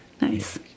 Nice